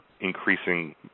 increasing